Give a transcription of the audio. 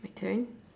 my turn